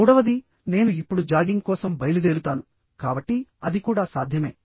మూడవది నేను ఇప్పుడు జాగింగ్ కోసం బయలుదేరుతాను కాబట్టి అది కూడా సాధ్యమే